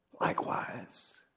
Likewise